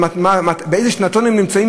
באיזה שנתון הם נמצאים,